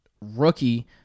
rookie